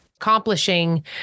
Accomplishing